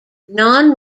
non